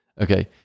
Okay